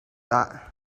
that